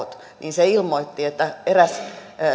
se ilmoitti että eräs